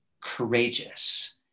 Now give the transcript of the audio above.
courageous